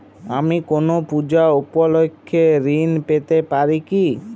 আমি কোনো পূজা উপলক্ষ্যে ঋন পেতে পারি কি?